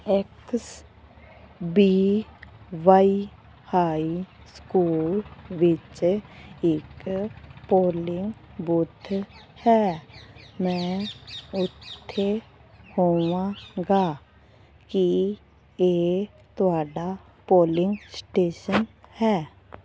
X B Y high school ਵਿੱਚ ਇੱਕ polling booth ਹੈ ਮੈਂ ਉੱਥੇ ਹੋਵਾਂਗਾ ਕੀ ਇਹ ਤੁਹਾਡਾ ਪੋਲਿੰਗ ਸਟੇਸ਼ਨ ਹੈ